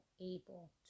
able